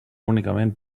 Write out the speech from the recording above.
únicament